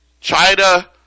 China